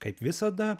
kaip visada